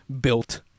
Built